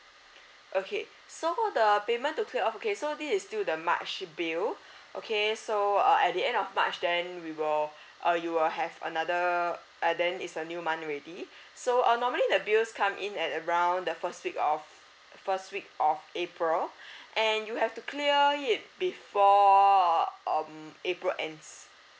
okay so the payment to clear off okay so this is still the march bill okay so uh at the end of march then we will uh you will have another uh then it's a new month already so uh normally the bills come in at around the first week of first week of april and you have to clear it before um april ends